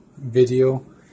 video